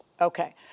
Okay